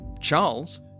Charles